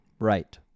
right